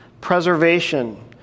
preservation